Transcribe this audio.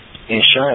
insurance